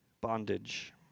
bondage